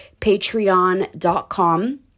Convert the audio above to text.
patreon.com